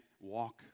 walk